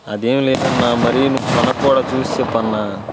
అదేంలేదన్నా మళ్ళీ మనక్కూడా చూసి చెప్పన్నా